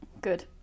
Good